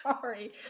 Sorry